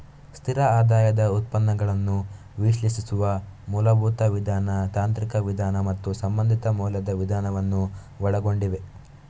ಸ್ಥಿರ ಆದಾಯದ ಉತ್ಪನ್ನಗಳನ್ನು ವಿಶ್ಲೇಷಿಸುವ ಮೂಲಭೂತ ವಿಧಾನ, ತಾಂತ್ರಿಕ ವಿಧಾನ ಮತ್ತು ಸಂಬಂಧಿತ ಮೌಲ್ಯದ ವಿಧಾನವನ್ನು ಒಳಗೊಂಡಿವೆ